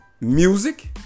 music